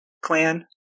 clan